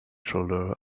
shoulder